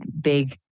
big